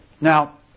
Now